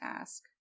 ask